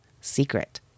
Secret